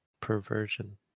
perversion